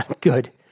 Good